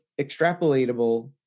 extrapolatable